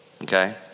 okay